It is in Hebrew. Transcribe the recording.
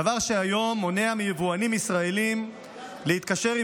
דבר שהיום מונע מיבואנים ישראלים להתקשר עם